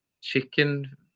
chicken